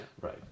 Right